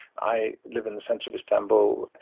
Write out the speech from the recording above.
i live in the centre of istanbul.